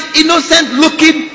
innocent-looking